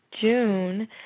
June